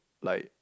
like